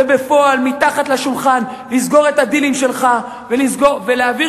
ובפועל מתחת לשולחן לסגור את הדילים שלך ולהעביר